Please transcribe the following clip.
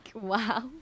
wow